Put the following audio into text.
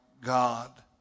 God